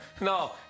No